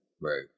right